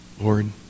Lord